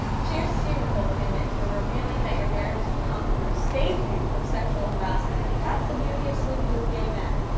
cheers to you nicole kidman for revealing that your marriage to tom cruise saved you from sexual harassment. that's the beauty of sleeping with gay men.